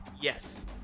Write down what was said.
Yes